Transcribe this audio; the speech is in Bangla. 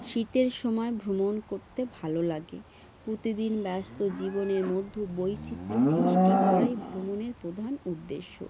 শীতের সময় ভ্রমণ করতে ভালো লাগে প্রতিদিন ব্যস্ত জীবনের মধ্যে বৈচিত্র্য সৃষ্টি করাই ভ্রমণের প্রধান উদ্দেশ্য